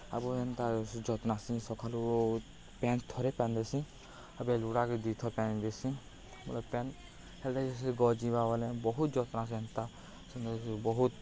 ଆବ ଏନ୍ତା ଯତ୍ନସି ସଖାଲୁ ପାଏନ୍ ଥରେ ପାଏନ୍ ଦେସି ଏବେ ଲୁଡ଼ାକେ ଦୁଇ ଥର୍ ପାଏନ୍ ଦେସି ବେଲେ ପାଏନ୍ ହେଲେ ଯାଇକରି ସେ ଗଛ୍ ଜିଁବା ବଲେ ବହୁତ୍ ଯତ୍ନସି ହେନ୍ତା ସେ ବହୁତ୍